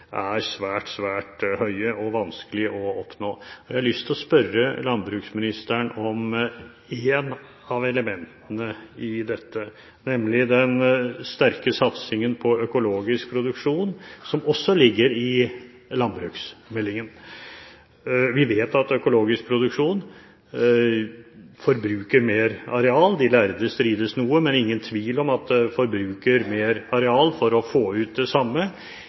er svært, svært høye og vanskelige å oppnå. Jeg har lyst til å spørre landbruksministeren om ett av elementene i dette, nemlig den sterke satsingen på økologisk produksjon, som også ligger i landbruksmeldingen. Vi vet at økologisk produksjon forbruker mer areal, de lærde strides noe, men det er ingen tvil om at det forbrukes mer areal for å få ut det samme.